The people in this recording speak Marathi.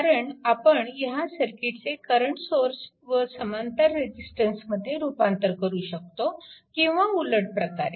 कारण आपण ह्या सर्किटचे करंट सोर्स व समांतर रेजिस्टन्समध्ये रूपांतर करू शकतो किंवा उलट प्रकारे